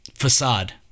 facade